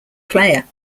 player